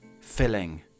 filling